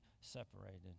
separated